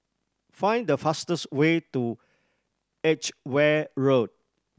find the fastest way to Edgware Road